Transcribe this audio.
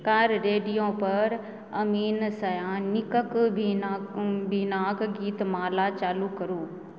car radio पर अमीन सयानीक Binaca Geetmala चालू करू